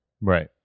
right